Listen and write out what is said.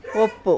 ಒಪ್ಪು